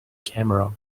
camera